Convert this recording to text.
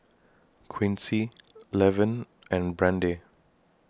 Quincy Levin and Brande